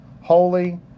holy